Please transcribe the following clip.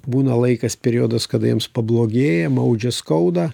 būna laikas periodas kada jiems pablogėja maudžia skauda